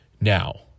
Now